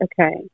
okay